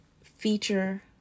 feature